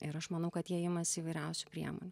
ir aš manau kad jie imasi įvairiausių priemonių